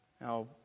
Now